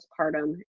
postpartum